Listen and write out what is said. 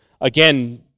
again